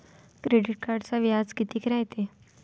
Credit कार्डचं व्याज कितीक रायते?